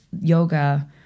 yoga